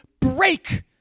break